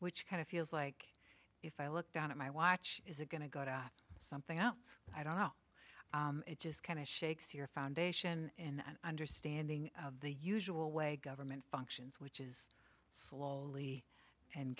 which kind of feels like if i looked at my watch is it going to go to something else i don't know it just kind of shakes your foundation in understanding the usual way government functions which is slowly and